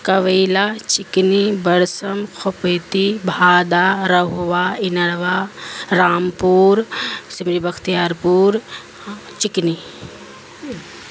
کوویلہ چکنی برسم خپیتی بھادا رہوہ انروا رامپور سمری بختیار پور چکنی